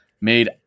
made